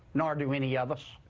nor do any of us.